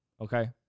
Okay